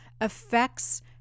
affects